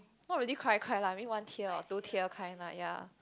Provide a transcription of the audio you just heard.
not really cry cry lah I mean one tear or two tear kind like lah